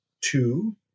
two